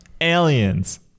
Aliens